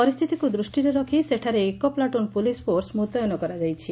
ପରିସ୍ଚିତିକୁ ଦୃଷିରେ ରଖ୍ ସେଠାରେ ଏକ ପ୍ଲାଟୁନ୍ ପୁଳିସ୍ ଫୋର୍ସ ମୁତ୍ୟନ କରାଯାଇଛି